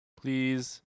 Please